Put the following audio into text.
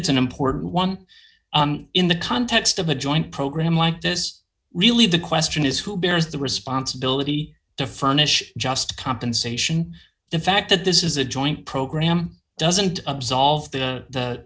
it's an important one in the context of a joint program like this really the question is who bears the responsibility to furnish just compensation the fact that this is a joint program doesn't absolve the